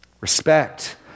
respect